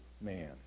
man